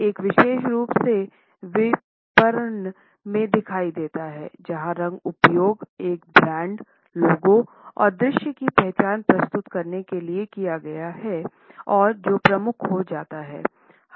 यह विशेष रूप से विपणन में दिखाई देता है जहां रंग उपयोग एक ब्रांड लोगो और दृश्य की पहचान प्रस्तुत करने के लिए किया गया है और जो प्रमुख हो जाता है